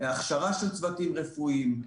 הכשרה של צוותים רפואיים,